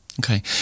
Okay